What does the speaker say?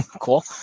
Cool